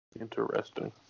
Interesting